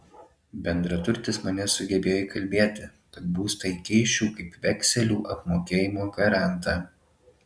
bendraturtis mane sugebėjo įkalbėti kad būstą įkeisčiau kaip vekselių apmokėjimo garantą